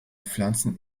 pflanzen